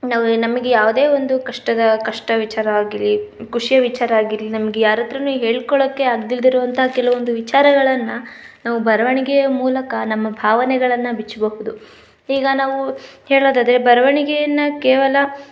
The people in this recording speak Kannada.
ನಾವು ನಮಗೆ ಯಾವುದೇ ಒಂದು ಕಷ್ಟದ ಕಷ್ಟ ವಿಚಾರ ಆಗಲಿ ಖುಷಿಯ ವಿಚಾರ ಆಗಿರಲಿ ನಮಗೆ ಯಾರ ಹತ್ರ ಹೇಳಿಕೊಳ್ಳೋಕೆ ಆಗದಿಲ್ದೆ ಇರೋವಂಥ ಕೆಲವೊಂದು ವಿಚಾರಗಳನ್ನು ನಾವು ಬರವಣಿಗೆಯ ಮೂಲಕ ನಮ್ಮ ಭಾವನೆಗಳನ್ನು ಬಿಚ್ಚಬಹುದು ಈಗ ನಾವು ಹೇಳೋದಾದರೆ ಬರವಣಿಗೆಯನ್ನ ಕೇವಲ